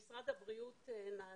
מי שצריך להעביר נתונים זה משרד הבריאות,